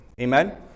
Amen